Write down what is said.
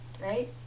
right